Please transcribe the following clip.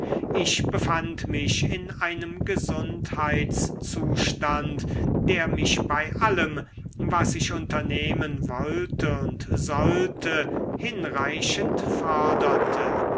ich befand mich in einem gesundheitszustand der mich bei allem was ich unternehmen wollte und sollte hinreichend förderte